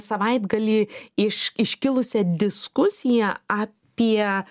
savaitgalį iš iškilusią diskusiją apie